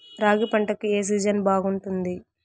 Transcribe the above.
రాగి పంటకు, ఏ సీజన్ బాగుంటుంది?